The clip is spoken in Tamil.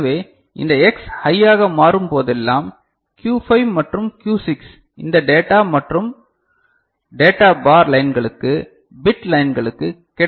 எனவே இந்த எக்ஸ் ஹையாக மாறும் போதெல்லாம் Q5 மற்றும் Q6 இந்த டேட்டா மற்றும் பேட்டா பார் லைன்களுக்கு பிட் லைன்களுக்கு கிடைக்க செய்கிறது